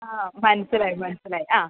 ആ മനസ്സിലായി മനസിലായി ആ